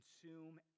consume